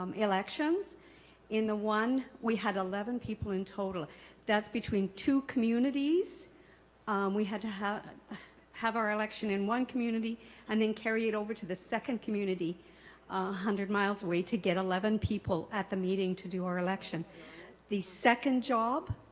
um elections in the one we had eleven people in total that's between two communities we had to have have our election in one community and then carry it over to the second community a hundred miles away to get eleven people at the meeting to do our election the second job